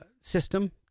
system